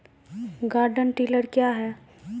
Garden tiller क्या हैं?